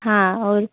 हाँ और